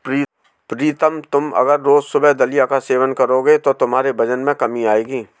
प्रीतम तुम अगर रोज सुबह दलिया का सेवन करोगे तो तुम्हारे वजन में कमी आएगी